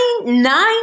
nine